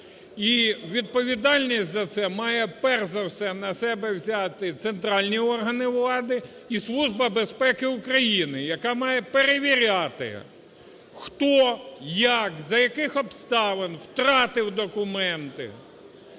І відповідальність за це мають перш за все на себе взяти центральні органи влади. І Служба безпеки України, яка має перевіряти, хто, як, за яких обставин, втратив документи,